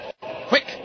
Quick